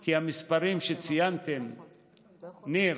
כי המספרים שציינתם, ניר,